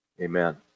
Amen